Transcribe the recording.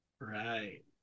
Right